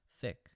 thick